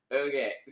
okay